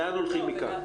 לאן הולכים מכאן.